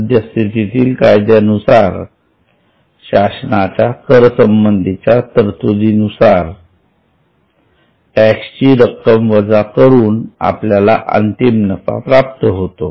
सद्यस्थितीतील कायद्यानुसार किंवा शासनाच्या कर संबंधीच्या तरतुदीनुसार टॅक्सची रक्कम वजा करून आपल्याला अंतिम नफा प्राप्त होतो